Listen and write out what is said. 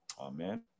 Amen